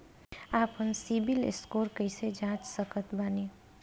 आपन सीबील स्कोर कैसे जांच सकत बानी?